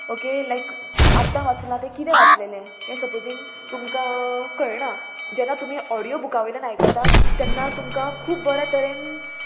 okay लायक आतां वाचलां तें कितें वाचलेलें तें सपोजींग तुमकां कळना जेन्ना तुमी ऑडियो बुकां वयल्यान आयकता तेन्ना तुमकां खूब बऱ्या तरेन